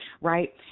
right